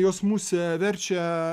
jos mus verčia